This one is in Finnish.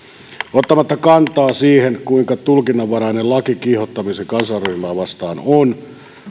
ottamatta kantaa siihen kuinka tulkinnanvarainen laki kiihottamista kansanryhmää vastaan on